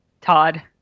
Todd